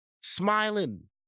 smiling